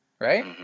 right